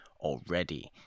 already